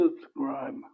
subscribe